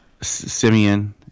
Simeon